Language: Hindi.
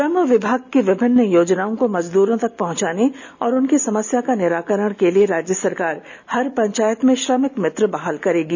श्रम विभाग की विभिन्न योजनाओं को मजदूरों तक पहुंचाने और उनकी समस्या का निराकरण के लिए राज्य सरकार हर पंचायत में श्रमिक मित्र बहाल करेगी